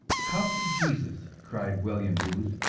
come to jesus! cried william booth,